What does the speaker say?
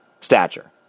stature